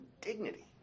dignity